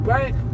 Right